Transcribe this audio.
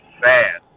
fast